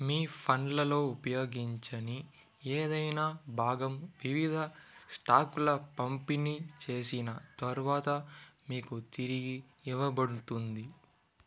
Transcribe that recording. మీ ఫండ్లలో ఉపయోగించని ఏదైనా భాగం వివిధ స్టాకుల పంపిణీ చేసిన తర్వాత మీకు తిరిగి ఇవ్వబడుతుంది